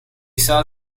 saw